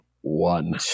one